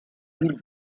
ville